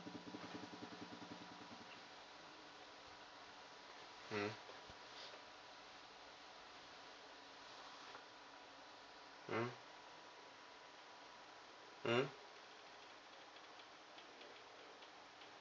mm mm mm